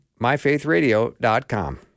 MyFaithRadio.com